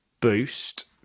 boost